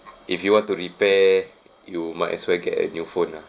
if you want to repair you might as well get a new phone lah